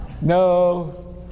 No